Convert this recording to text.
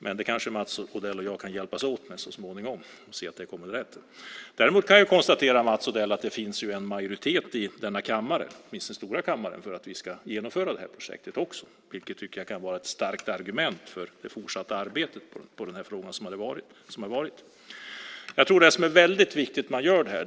Men det kanske Mats Odell och jag kan hjälpas åt med så småningom. Däremot kan jag konstatera, Mats Odell, att det finns en majoritet i kammaren för att vi ska genomföra det här projektet, vilket jag tycker kan vara ett starkt argument för det fortsatta arbetet med frågan. Jag tror att det är väldigt viktigt att man gör det här.